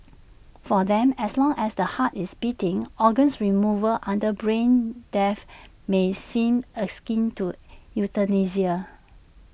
for them as long as the heart is beating organs removal under brain death may seem A skin to euthanasia